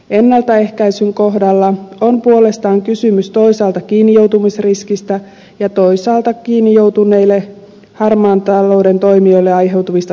ennaltaehkäisyn kohdalla on puolestaan kysymys toisaalta kiinnijoutumisriskistä ja toisaalta kiinni joutuneille harmaan talouden toimijoille aiheutuvista sanktioista